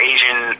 Asian